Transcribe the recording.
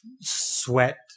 sweat